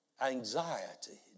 anxiety